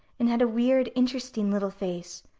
and had a weird, interesting little face,